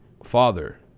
father